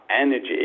energy